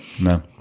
No